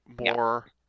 more